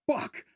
Fuck